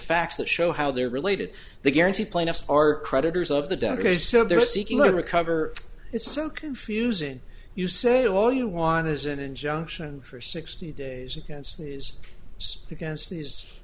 facts that show how they're related the guarantee plaintiffs are creditors of the database so they're seeking a recover it's so confusing you say all you want is an injunction for sixty days against these is against these